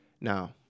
Now